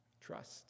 Trust